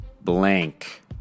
blank